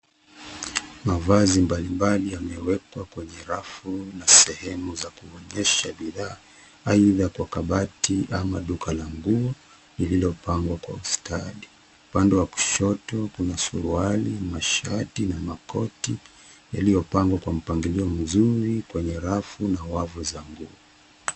Mavazi mbalimbali yamewekwa kwenye rafu na sehemu za kuonyesha bidhaa aidha kwa kabati ama duka la nguo lililopangwa kwa ustadi. Upande wa kushoto kuna suruali, mashati na makoti yaliyopangwa kwa mpangilio mzuri kwenye rafu na wavu za nguo.